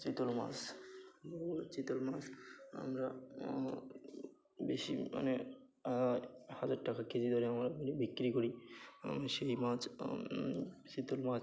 চিতল মাছ চিতল মাছ আমরা বেশি মানে হাজার টাকা কেজি দরে আমরা বিক্রি করি আমি সেই মাছ চিতল মাছ